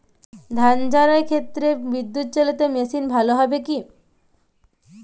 ধান ঝারার ক্ষেত্রে বিদুৎচালীত মেশিন ভালো কি হবে?